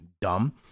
dumb